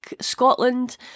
scotland